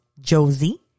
Josie